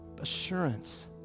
assurance